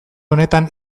honetan